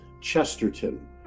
Chesterton